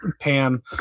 Pam